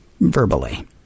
Verbally